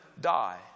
die